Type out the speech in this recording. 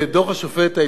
השופט אדמונד לוי,